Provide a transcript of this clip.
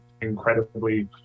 incredibly